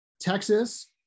Texas